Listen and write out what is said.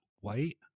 white